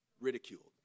ridiculed